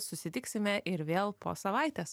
susitiksime ir vėl po savaitės